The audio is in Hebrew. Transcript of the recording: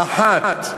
האחת,